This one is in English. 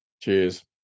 cheers